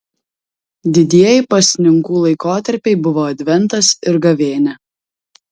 didieji pasninkų laikotarpiai buvo adventas ir gavėnia